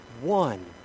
one